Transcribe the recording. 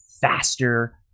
faster